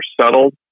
settled